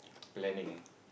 planning